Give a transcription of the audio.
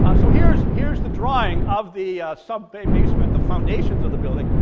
um so here's, here's the drawing of the sub-basement, the foundations of the building,